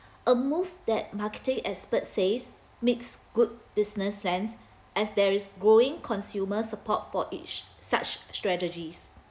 a move that marketing experts says makes good business sense as there is growing consumer support for each such strategies